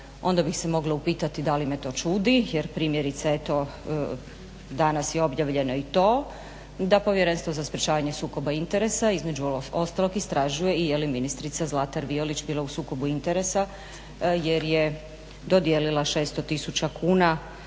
onda bi se mogla upitati da li me to čudi, jer primjerice eto danas je objavljeno i to da Povjerenstvo za sprječavanje sukoba interesa između ostalog istražuje i jeli ministrica Zlatar Violić bila u sukobu interesa jer je dodijelila 600 000 kuna